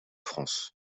france